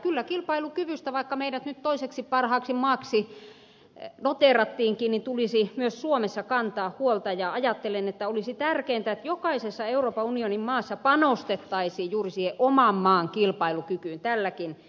kyllä kilpailukyvystä vaikka meidät nyt toiseksi parhaaksi maaksi noteerattiinkin tulisi myös suomessa kantaa huolta ja ajattelen että olisi tärkeintä että jokaisessa euroopan unionin maassa panostettaisiin juuri siihen oman maan kilpailukykyyn tälläkin hetkellä